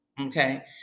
Okay